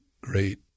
great